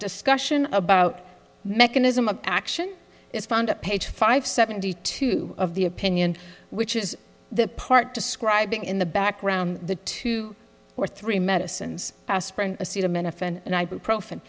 discussion about mechanism of action is found at page five seventy two of the opinion which is the part describing in the background the two or three medicines aspirin acetaminophen and prof